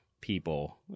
people